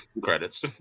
Credits